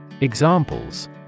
Examples